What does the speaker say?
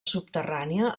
subterrània